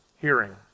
hearing